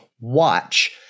Watch